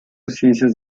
ciencias